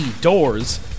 doors